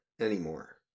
anymore